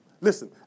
Listen